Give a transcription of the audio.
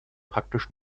praktisch